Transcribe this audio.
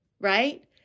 right